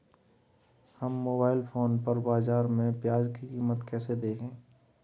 हम mobile phone पर बाज़ार में प्याज़ की कीमत कैसे देखें?